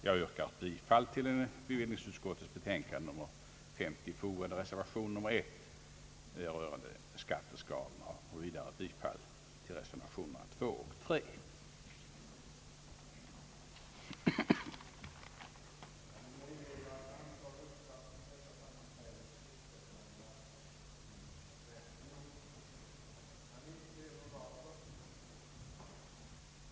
Jag kommer att yrka bifall till den vid bevillningsutskottets betänkande nr 50 fogade reservationen nr I rörande skatteskalorna och vidare bifall till reservationerna II och III.